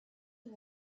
and